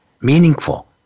meaningful